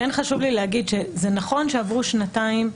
כן חשוב לי להגיד שזה נכון שעברו שנתיים.